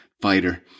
fighter